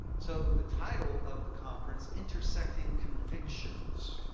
so, the title of the conference, intersecting convictions,